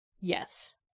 Yes